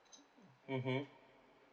mmhmm